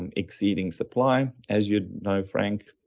and exceeding supply. as you know, frank,